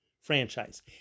franchise